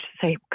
say